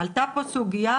עלתה פה סוגייה,